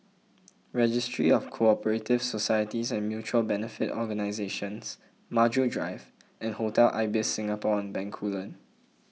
registry of Co Operative Societies and Mutual Benefit Organisations Maju Drive and Hotel Ibis Singapore on Bencoolen